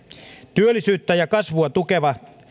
työllisyyttä ja kasvua tukevat